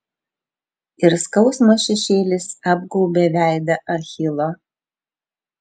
ir skausmo šešėlis apgaubė veidą achilo